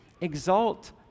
exalt